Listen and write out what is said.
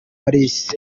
paris